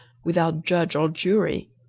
without judge or jury.